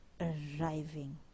arriving